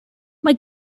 mae